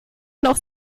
noch